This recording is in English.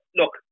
look